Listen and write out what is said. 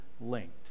linked